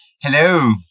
Hello